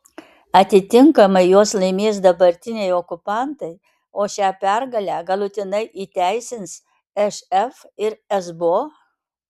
atitinkamai juos laimės dabartiniai okupantai o šią pergalę galutinai įteisins šf ir esbo